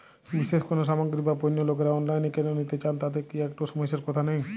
বিশেষ কোনো সামগ্রী বা পণ্য লোকেরা অনলাইনে কেন নিতে চান তাতে কি একটুও সমস্যার কথা নেই?